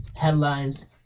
headlines